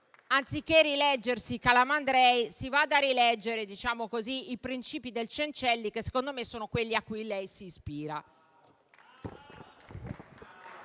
anziché rileggersi Calamandrei, si vada a rileggere i principi del Cencelli che secondo me sono quelli a cui lei si ispira.